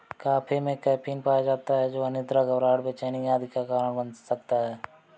coffee में caffeine पाया जाता है जो अनिद्रा, घबराहट, बेचैनी आदि का कारण बन सकता है